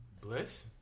Bliss